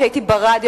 הייתי ברדיו,